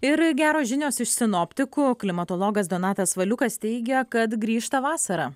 ir geros žinios iš sinoptikų klimatologas donatas valiukas teigia kad grįžta vasara